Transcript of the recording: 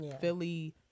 Philly